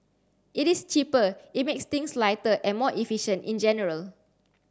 it is cheaper it makes things lighter and more efficient in general